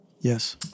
Yes